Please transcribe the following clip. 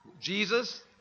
Jesus